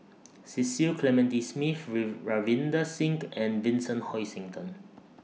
Cecil Clementi Smith Read Ravinder Singh and Vincent Hoisington